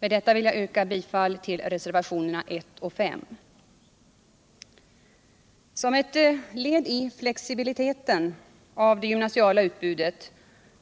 Med det sagda vill jag yrka bifall till reservationerna 1 och 5. Som ett led i att öka flexibiliteten av det gymnasiala utbudet